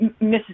Mrs